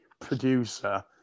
producer